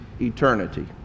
eternity